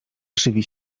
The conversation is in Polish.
krzywi